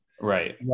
Right